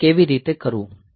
તો આ કેવી રીતે કરવું